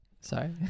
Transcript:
Sorry